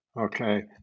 okay